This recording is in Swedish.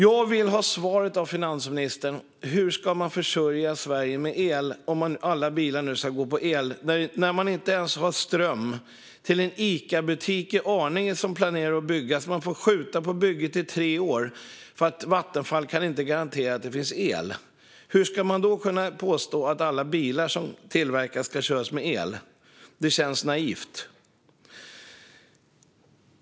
Jag vill ha svar av finansministern: Hur ska man försörja Sverige med el, om alla bilar ska gå på el, när man inte ens har ström till en Icabutik i Arninge som är planerad. Man får skjuta på bygget i tre år för att Vattenfall inte kan garantera att det finns el. Hur kan man då påstå att alla bilar som tillverkas ska köras med el? Det känns naivt.